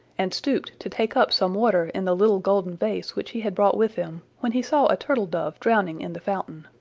and stooped to take up some water in the little golden vase which he had brought with him when he saw a turtle-dove drowning in the fountain.